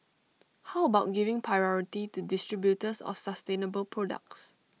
how about giving priority to distributors of sustainable products